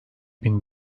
bin